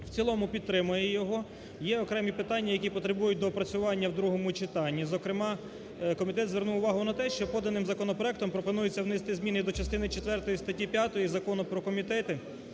в цілому підтримує його. Є окремі питання, які потребують доопрацювання у другому читанні. Зокрема, комітет звернув увагу на те, що поданим законопроектом пропонується внести зміни до частини четвертої статті 5 Закону "Про комітети